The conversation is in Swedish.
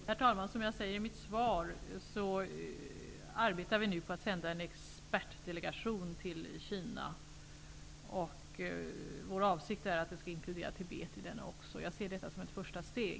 Herr talman! Som jag säger i mitt svar arbetar vi nu på att sända en expertdelegation till Kina. Vår avsikt är att i resan inkludera även Tibet. Jag ser detta såsom ett första steg.